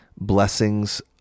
blessings